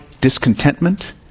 discontentment